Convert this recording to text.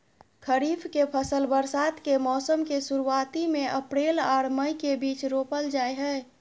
खरीफ के फसल बरसात के मौसम के शुरुआती में अप्रैल आर मई के बीच रोपल जाय हय